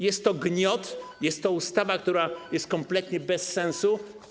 Jest to gniot, jest to ustawa, która jest kompletnie bez sensu.